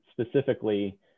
specifically